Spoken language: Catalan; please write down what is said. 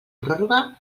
pròrroga